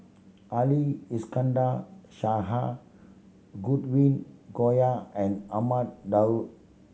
Ali Iskandar Shah Godwin Koay and Ahmad Daud